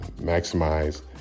maximize